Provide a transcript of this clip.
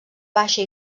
baixa